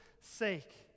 sake